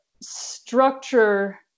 structure